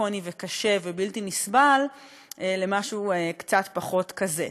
דרקוני וקשה ובלתי נסבל למשהו קצת פחות כזה.